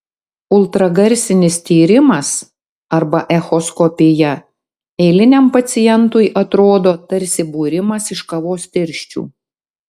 ultragarsinis tyrimas arba echoskopija eiliniam pacientui atrodo tarsi būrimas iš kavos tirščių